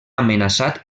amenaçat